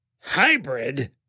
Hybrid